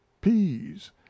peas